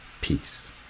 Peace